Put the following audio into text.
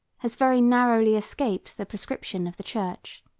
has very narrowly escaped the proscription of the church.